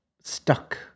stuck